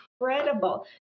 incredible